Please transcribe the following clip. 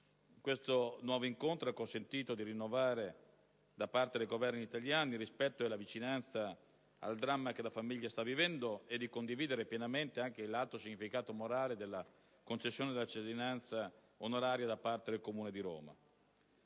Questo nuovo incontro ha consentito di rinnovare da parte del Governo italiano il rispetto e la vicinanza al dramma che la famiglia sta vivendo e di condividere pienamente anche l'alto significato morale della concessione della cittadinanza onoraria da parte del Comune di Roma.